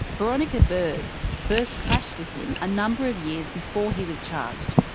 veronica bird first clashed with him a number of years before he was charged.